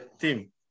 team